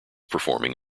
performing